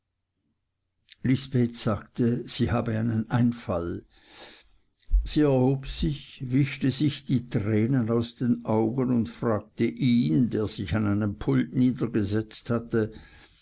lisbeth sagte sie habe einen einfall sie erhob sich wischte sich die tränen aus den augen und fragte ihn der sich an einem pult niedergesetzt hatte